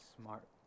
smart